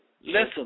listen